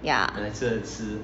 ya